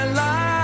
life